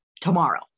tomorrow